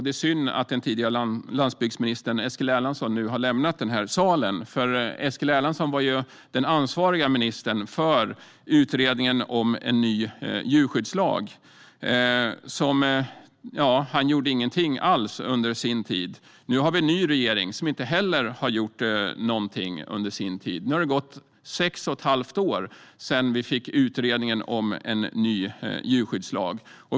Det är synd att den tidigare landsbygdsministern Eskil Erlandsson nu har lämnat salen, för han var den ansvarige ministern när det gällde utredningen om en ny djurskyddslag. Han gjorde ingenting alls under sin tid. Nu har vi en ny regering, som inte heller har gjort någonting under sin tid. Nu har det gått sex och ett halvt år sedan vi fick utredningen om en ny djurskyddslag.